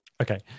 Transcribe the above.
Okay